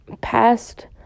past